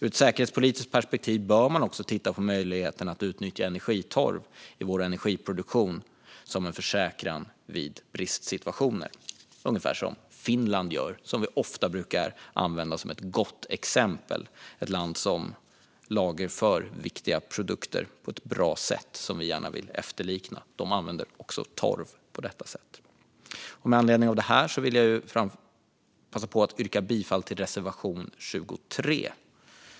Ur ett säkerhetspolitiskt perspektiv bör man också titta på möjligheten att utnyttja energitorv i vår energiproduktion, som en försäkran vid bristsituationer, ungefär som man gör i Finland. Vi brukar ofta använda Finland som ett gott exempel. Det är ett land som lagerför viktiga produkter på ett bra sätt, som vi gärna vill efterlikna. De använder torv på detta sätt. Med anledning av det här vill jag passa på att yrka bifall till reservation 23.